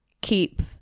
keep